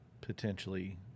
potentially